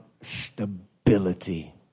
stability